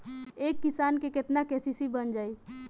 एक किसान के केतना के.सी.सी बन जाइ?